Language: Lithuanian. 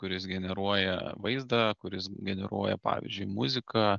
kuris generuoja vaizdą kuris generuoja pavyzdžiui muziką